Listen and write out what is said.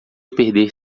perder